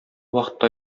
вакытта